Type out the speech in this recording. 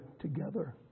together